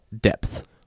depth